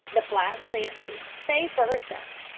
the flat was empty, save for herself.